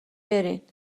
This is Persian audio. برین